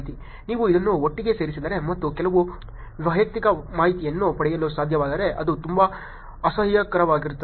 ನೀವು ಇದನ್ನು ಒಟ್ಟಿಗೆ ಸೇರಿಸಿದರೆ ಮತ್ತು ಕೆಲವು ವೈಯಕ್ತಿಕ ಮಾಹಿತಿಯನ್ನು ಪಡೆಯಲು ಸಾಧ್ಯವಾದರೆ ಅದು ತುಂಬಾ ಅಸಹ್ಯಕರವಾಗಿರುತ್ತದೆ